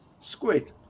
squid